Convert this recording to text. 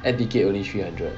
air ticket only three hundred